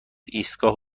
ایستگاه